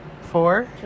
Four